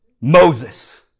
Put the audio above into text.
Moses